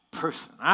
person